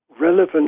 relevant